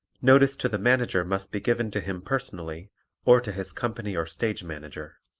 notice to the manager must be given to him personally or to his company or stage manager.